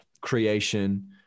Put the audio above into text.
creation